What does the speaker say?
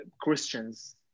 Christians